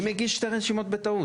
מי מגיש שתי רשימות בטעות?